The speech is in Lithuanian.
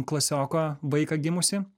klasioko vaiką gimusį